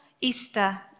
Easter